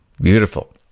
Beautiful